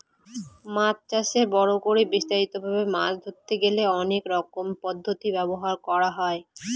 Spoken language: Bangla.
মাছ চাষে বড় করে বিস্তারিত ভাবে মাছ ধরতে গেলে অনেক রকমের পদ্ধতি ব্যবহার করা হয়